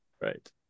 Right